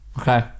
okay